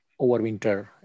overwinter